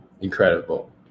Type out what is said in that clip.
incredible